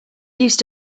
used